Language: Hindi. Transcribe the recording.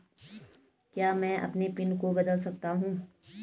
क्या मैं अपने पिन को बदल सकता हूँ?